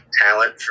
talent